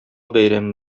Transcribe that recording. бәйрәме